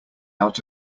out